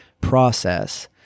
process